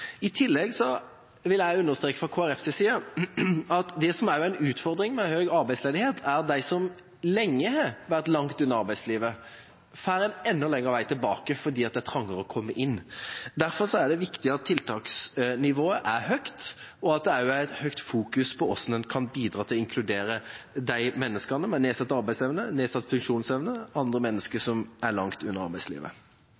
I tillegg vil jeg understreke fra Kristelig Folkepartis side at det som også er en utfordring med høy arbeidsledighet, er at de som lenge har vært langt unna arbeidslivet, får en enda lengre vei tilbake fordi det er trangere å komme inn. Derfor er det viktig at tiltaksnivået er høyt, og at det også i høy grad fokuseres på hvordan en kan bidra til å inkludere menneskene med nedsatt arbeidsevne, nedsatt funksjonsevne og andre